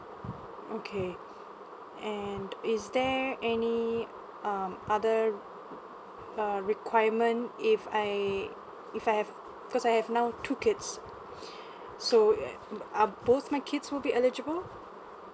okay and is there any um other uh requirement if I if I have because I have now two kids so uh are both my kids will be eligible